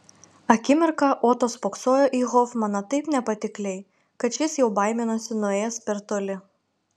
akimirką oto spoksojo į hofmaną taip nepatikliai kad šis jau baiminosi nuėjęs per toli